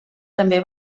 també